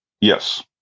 Yes